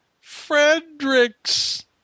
Fredericks